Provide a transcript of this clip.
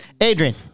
Adrian